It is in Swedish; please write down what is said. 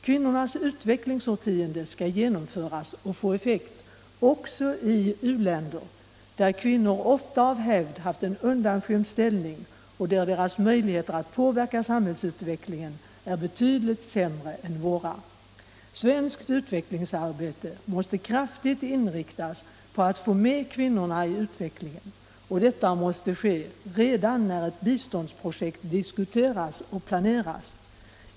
Kvinnornas utvecklingsårtionde skall genomföras och få effekt också i u-länder, där kvinnor ofta av hävd haft en undanskymd ställning och där deras möjligheter att påverka samhällsutvecklingen är betydligt sämre än våra. Svenskt utvecklingsarbete måste kraftigt inriktas på att få med kvinnorna i utvecklingen. Detta måste ske redan när ett biståndsprojekt diskuteras och planeras.